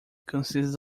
consists